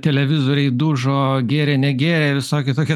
televizoriai dužo gėrė negėrė visokie tokie